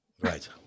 Right